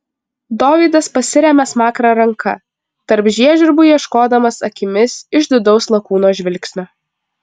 dovydas pasiremia smakrą ranka tarp žiežirbų ieškodamas akimis išdidaus lakūno žvilgsnio